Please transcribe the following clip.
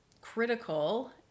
critical